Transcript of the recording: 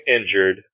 injured